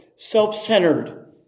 Self-centered